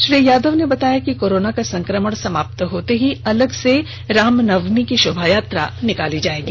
श्री यादव ने बताया कि कोरोना के संक्रमण समाप्त होते ही अलग से राम नवमी की शोभायात्रा निकाली जाएगी